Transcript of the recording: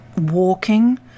walking